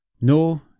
No